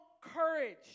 courage